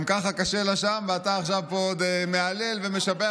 גם ככה קשה לה שם, ואתה עכשיו פה עוד מהלל ומשבח.